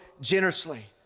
generously